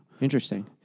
Interesting